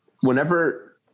Whenever